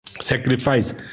sacrifice